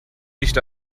nicht